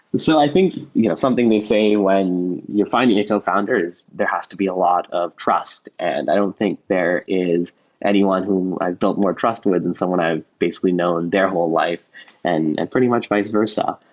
so i think you know something they say when you're finding a cofounder is there has to be a lot of trust, and i don't think there is anyone who i've built more trust with than someone i have basically known their whole life and and pretty much vice versa.